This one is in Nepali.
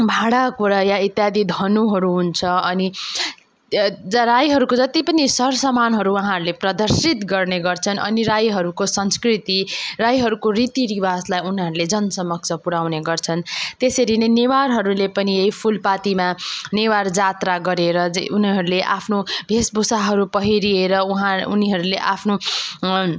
भाँडा कुडा वा इत्यादि धनुहरू हुन्छ अनि राईहरूको जति पनि सर सामानहरू उहाँहरूले प्रदर्शित गर्ने गर्छन् अनि राईहरूको संस्कृति राईहरूको रीति रिवाजलाई उनीहरूले जन समक्ष पुर्याउने गर्छन् त्यसरी नै नेवारहरूले पनि है फुलपातीमा नेवार जात्रा गरेर जे उनीहरूले आफ्नो भेषभूषाहरू पहिरिएर उहाँ उनीहरूले आफ्नो